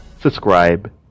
subscribe